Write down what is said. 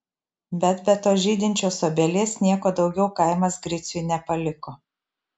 bet be tos žydinčios obelies nieko daugiau kaimas griciui nepaliko